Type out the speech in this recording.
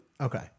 Okay